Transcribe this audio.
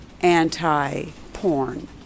anti-porn